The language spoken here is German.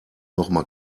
nochmal